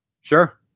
Sure